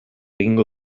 egingo